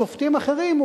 שופטים אחרים,